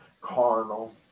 carnal